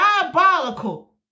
diabolical